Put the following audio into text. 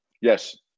Yes